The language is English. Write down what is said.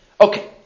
Okay